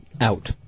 Out